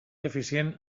eficient